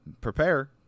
prepare